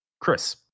Chris